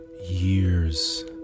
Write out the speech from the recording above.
years